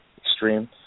extreme